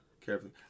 Carefully